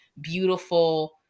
beautiful